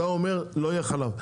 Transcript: לא, אבל אתה אומר לא יהיה חלב.